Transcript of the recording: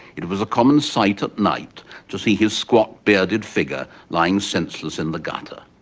it it was a common sight at night to see his squat, bearded figure lying senseless in the gutter.